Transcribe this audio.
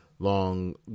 long